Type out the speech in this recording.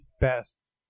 best